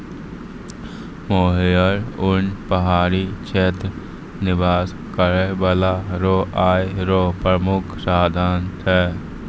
मोहियर उन पहाड़ी क्षेत्र निवास करै बाला रो आय रो प्रामुख साधन छै